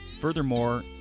Furthermore